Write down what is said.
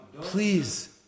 Please